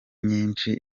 nyinshi